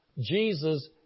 Jesus